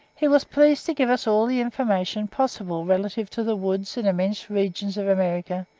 he was pleased to give us all the information possible relative to the woods and immense regions of america,